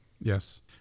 Yes